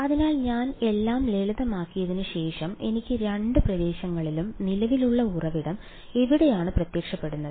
അതിനാൽ ഞാൻ എല്ലാം ലളിതമാക്കിയതിന് ശേഷം എനിക്ക് രണ്ട് പ്രദേശങ്ങളിലും നിലവിലുള്ള ഉറവിടം എവിടെയാണ് പ്രത്യക്ഷപ്പെട്ടത്